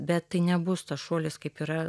bet tai nebus tas šuolis kaip yra